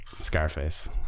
Scarface